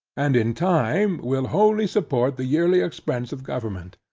and in time, will wholly support the yearly expence of government.